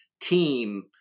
team